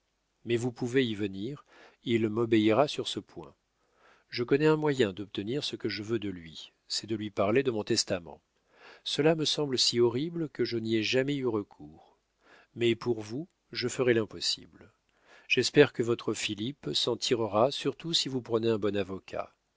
mais vous pouvez y venir il m'obéira sur ce point je connais un moyen d'obtenir ce que je veux de lui c'est de lui parler de mon testament cela me semble si horrible que je n'y ai jamais eu recours mais pour vous je ferai l'impossible j'espère que votre philippe s'en tirera surtout si vous prenez un bon avocat